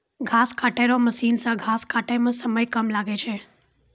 घास काटै रो मशीन से घास काटै मे समय कम लागै छै